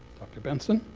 dr. benson.